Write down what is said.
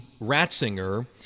Ratzinger